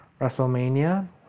WrestleMania